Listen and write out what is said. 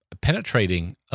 penetrating